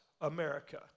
America